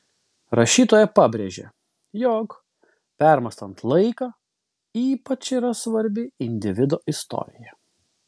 rašytoja pabrėžia jog permąstant laiką ypač yra svarbi individo istorija